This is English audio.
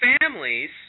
families